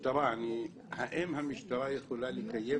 האם המשטרה יכולה לקיים